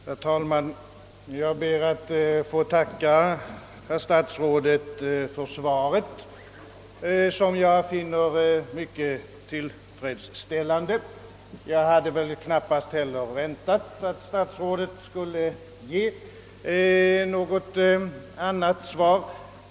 Herr talman! Jag ber att få tacka statsrådet för svaret, som jag finner mycket tillfredsställande. Jag hade väl knappast heller väntat mig annat än att statsrådet skulle svara positivt.